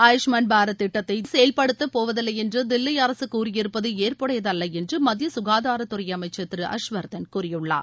ஆயுஷ்மாள் பாரத் திட்டத்தை செயல்படுத்தப் போவதில்லை என்று தில்லி அரசு கூறியிருப்பது ஏற்புடையது அல்ல என்று மத்திய சுகாதாரத்துறை அமைச்சர் திரு ஹர்ஷ்வர்தன் கூறியுள்ளார்